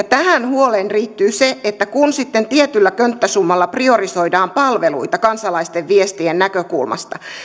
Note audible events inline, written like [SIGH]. [UNINTELLIGIBLE] tähän huoleen liittyy se että kun sitten tietyllä könttäsummalla priorisoidaan palveluita kansalaisten viestien näkökulmasta